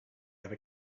ever